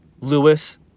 Lewis